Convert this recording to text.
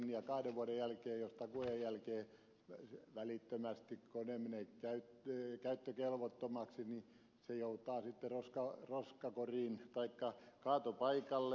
jos kone kahden vuoden takuuajan jälkeen välittömästi menee käyttökelvottomaksi niin se joutaa sitten roskakoriin taikka kaatopaikalle